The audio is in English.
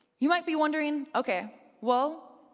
you might be wondering, okay, well,